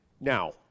Now